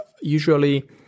usually